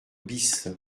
bis